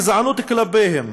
הגזענות כלפיהם,